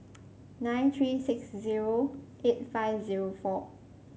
nine three six zero eight five zero four